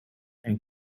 and